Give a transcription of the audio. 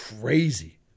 crazy